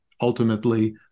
ultimately